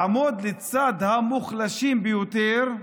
לעמוד לצד המוחלשים ביותר,